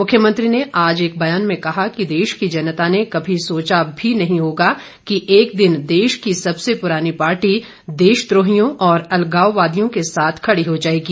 मुख्यमंत्री ने आज बयान में कहा कि देश की जनता ने कभी सोचा भी नहीं होगा कि एक दिन देश की सबसे पुरानी पार्टी देशद्रोहियों और अलगावादियों से साथ खड़ी हो जाएगी